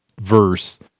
verse